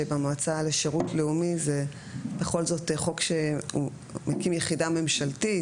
שבמועצה לשירות לאומי זה בכל זאת חוק שהוא מקים יחידה ממשלתית,